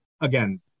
Again